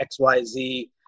XYZ